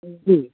جی